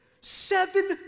Seven